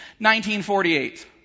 1948